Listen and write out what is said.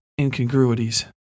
incongruities